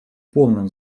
полном